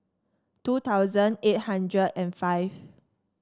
two thousand eight hundred and five